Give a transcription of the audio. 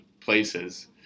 places